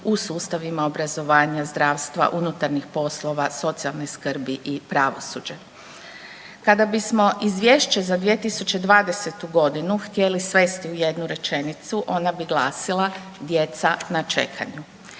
u sustavima obrazovanja zdravstva, unutarnjih poslova, socijalne skrbi i pravosuđe. Kada bismo izvješće za 2020.g. htjeli svesti u jednu rečenicu ona bi glasila, djeca na čekanju.